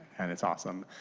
and it's awesome.